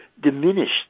diminished